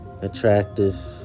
attractive